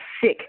sick